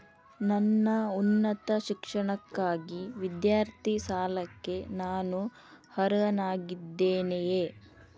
ನನ್ನ ಉನ್ನತ ಶಿಕ್ಷಣಕ್ಕಾಗಿ ವಿದ್ಯಾರ್ಥಿ ಸಾಲಕ್ಕೆ ನಾನು ಅರ್ಹನಾಗಿದ್ದೇನೆಯೇ?